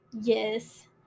yes